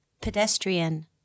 pedestrian